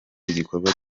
igikorwa